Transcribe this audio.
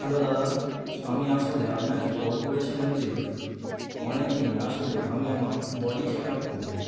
hello দাদা আমি আসলে আপনাকে কল করেছিলাম যে অনেক দিন আসলে আমি আমার বডি চেক আপ করিনি